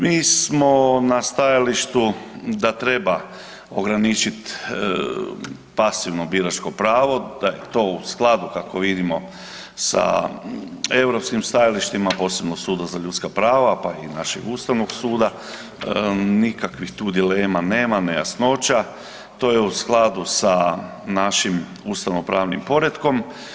Mi smo na stajalištu da treba ograničit pasivno biračko pravo i to u skladu kako vidimo sa europskim stajalištima, posebno suda za ljudska prava, pa i našeg ustavnog suda, nikakvih tu dilema nema, nejasnoća, to je u skladu sa našim ustavnopravnim poretkom.